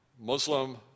Muslim